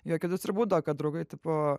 juokelius ir būdavo kad draugai tipo